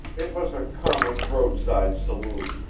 it was a common roadside saloon,